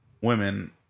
women